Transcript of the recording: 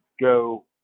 go